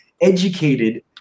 educated